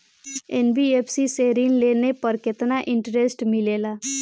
NBFC से ऋण लेने पर केतना इंटरेस्ट मिलेला?